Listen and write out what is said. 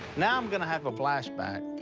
now i'm gonna have a flashback.